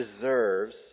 deserves